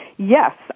Yes